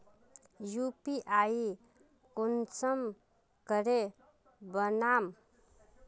UPI कुंसम करे बनाम?